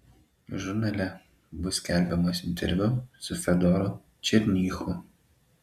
žurnale bus skelbiamas interviu su fedoru černychu